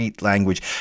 language